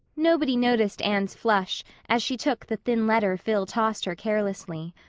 nobody noticed anne's flush as she took the thin letter phil tossed her carelessly.